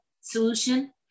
solution